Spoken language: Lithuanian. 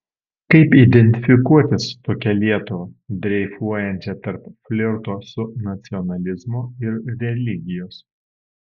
kaip identifikuotis su tokia lietuva dreifuojančia tarp flirto su nacionalizmu ir religijos